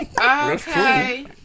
Okay